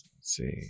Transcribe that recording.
see